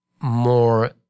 more